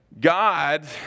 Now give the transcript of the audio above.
God